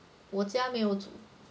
我家没有煮